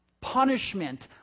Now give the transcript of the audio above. punishment